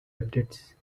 updates